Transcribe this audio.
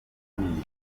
ibizamini